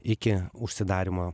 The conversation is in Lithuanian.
iki užsidarymo